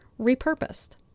repurposed